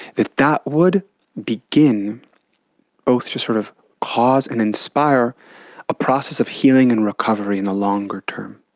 that that would begin both to sort of cause and inspire a process of healing and recovery in the longer term.